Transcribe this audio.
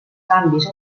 canvis